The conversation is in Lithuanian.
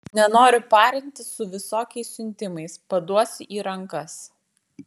nenoriu parintis su visokiais siuntimais paduosiu į rankas